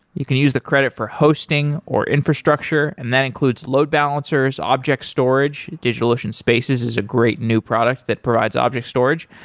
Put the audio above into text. you can use the credit for hosting, or infrastructure and that includes load balancers, object storage, digitalocean spaces is a great new product that provides object storage,